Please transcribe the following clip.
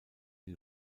die